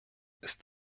ist